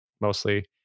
mostly